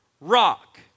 rock